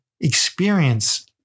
experience